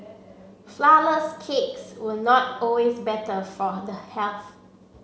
flourless cakes was not always better for the health